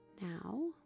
Now